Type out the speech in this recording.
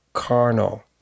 Carnal